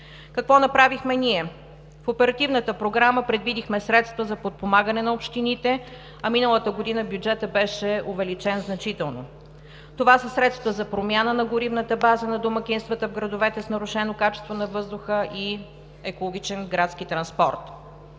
Какво направихме ние? В Оперативната програма предвидихме средства за подпомагане на общините, а миналата година бюджетът беше увеличен значително. Това са средства за промяна на горивната база на домакинствата в градовете с нарушено качество на въздуха и екологичен градски транспорт.